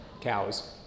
Cows